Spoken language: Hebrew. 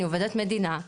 אני עובדת מדינה.